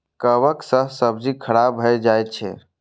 कवक सं सब्जी खराब भए जाइ छै